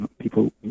People